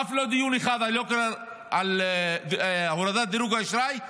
אף לא דיון אחד על הורדת דירוג האשראי,